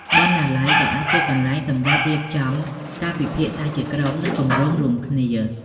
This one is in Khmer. បណ្ណាល័យក៏អាចជាកន្លែងសម្រាប់រៀបចំការពិភាក្សាជាក្រុម និងគម្រោងរួមគ្នា។